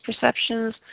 perceptions